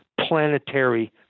planetary